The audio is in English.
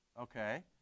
Okay